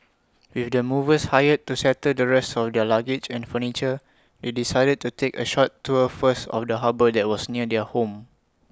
with the movers hired to settle the rest of their luggage and furniture they decided to take A short tour first of the harbour that was near their home